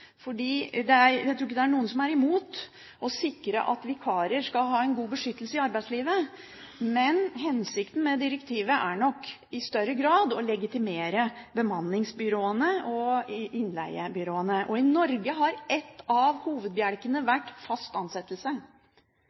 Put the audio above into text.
Jeg tror ikke det er noen som er imot å sikre at vikarer skal ha en god beskyttelse i arbeidslivet, men hensikten med direktivet er nok i større grad å legitimere bemanningsbyråene og innleiebyråene. I Norge har en av hovedbjelkene vært fast ansettelse.